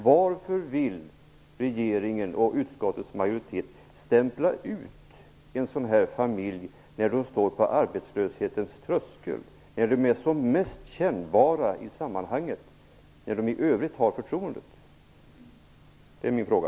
Varför vill regeringen och utskottets majoritet stämpla ut en sådan här familj som står på arbetslöshetens tröskel, när det är som mest kännbart i sammanhanget, samtidigt som den i övrigt åtnjuter förtroende? Det är min fråga.